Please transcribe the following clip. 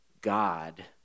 God